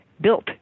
built